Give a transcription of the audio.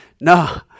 No